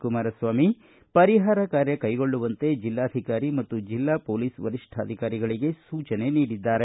ಕುಮಾರ ಸ್ವಾಮಿ ಪರಿಹಾರ ಕಾರ್ಯ ಕೈಗೊಳ್ಳುವಂತೆ ಜಿಲ್ಲಾಧಿಕಾರಿ ಮತ್ತು ಜಿಲ್ಲಾ ಪೊಲೀಸ್ ವರಿಷ್ಠಾಧಿಕಾರಿಗಳಿಗೆ ಸೂಚನೆ ನೀಡಿದ್ದಾರೆ